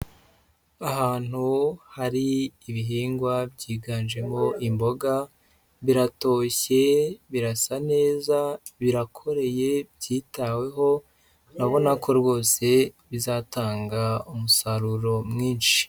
Ahantu hari ibihingwa byiganjemo imboga biratoshye birasa neza birakoreye byitaweho urabona ko rwose bizatanga umusaruro mwinshi.